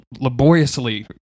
laboriously